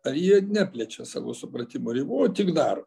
ar jie neplečia savo supratimo ribų o tik daro